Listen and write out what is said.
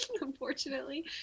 unfortunately